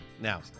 Now